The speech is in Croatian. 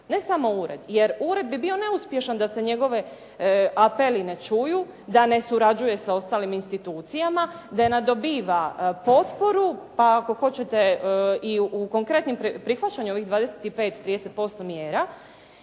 ne samo ured jer ured bi bio neuspješan da se njegovi apeli ne čuju, da ne surađuje sa ostalim institucijama, da ne dobiva potporu, pa ako hoćete i u konkretnim prihvaćanju ovih 25, 30% mjera,